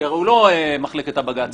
כי הוא הרי לא מחלקת הבג"צים,